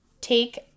Take